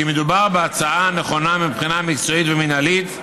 כי מדובר בהצעה נכונה מבחינה מקצועית ומינהלית,